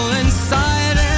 inside